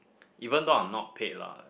even though I'm not paid lah